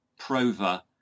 Prova